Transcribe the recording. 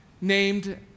named